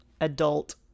adult